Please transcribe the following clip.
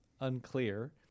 unclear